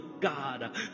God